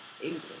English